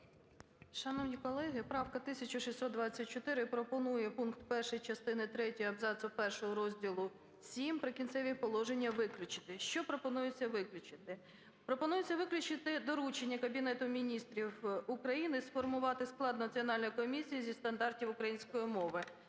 Шановні колеги, правка 1624 пропонує пункт 1 частини третьої абзацу першого розділу VІІ "Прикінцеві положення" виключити. Що пропонується виключити? Пропонується виключити доручення Кабінету Міністрів України сформувати склад Національної комісії зі стандартів української мови.